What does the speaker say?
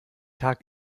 tag